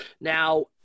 now